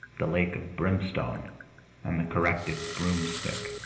the lake of brimstone and the corrective broomstick.